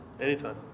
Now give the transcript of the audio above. Anytime